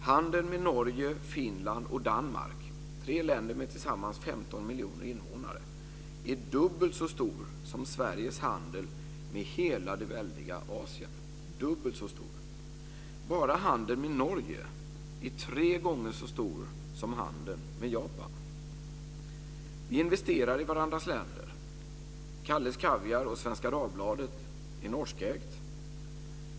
Handeln med Norge, miljoner invånare, är dubbelt så stor som Sveriges handel med hela det väldiga Asien. Dubbelt så stor. Bara handeln med Norge är tre gånger så stor som handeln med Japan. Vi investerar i varandras länder. Kalles kaviar och Svenska Dagbladet är norskägda.